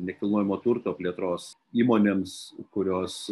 nekilnojamo turto plėtros įmonėms kurios